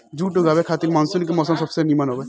जुट उगावे खातिर मानसून के मौसम सबसे निमन हवे